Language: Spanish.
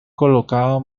colocado